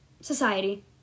Society